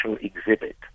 exhibit